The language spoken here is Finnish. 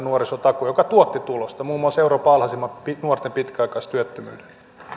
nuorisotakuun joka tuotti tulosta muun muassa euroopan alhaisimman nuorten pitkäaikaistyöttömyyden